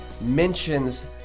mentions